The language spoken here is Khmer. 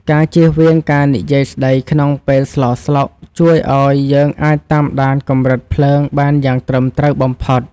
ការជៀសវាងការនិយាយស្តីក្នុងពេលស្លស្លុកជួយឱ្យយើងអាចតាមដានកម្រិតភ្លើងបានយ៉ាងត្រឹមត្រូវបំផុត។